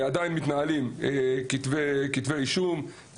עדיין מתנהלים כתבי אישום,